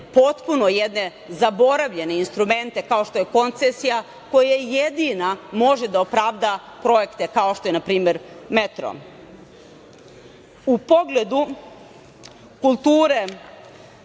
potpuno jedne zaboravljene instrumente, kao što je koncesija koja jedina može da opravda projekte kao što je npr. metro.U pogledu kulture,